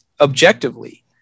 objectively